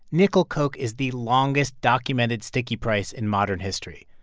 nickel coke is the longest documented sticky price in modern history.